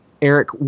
Eric